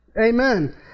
Amen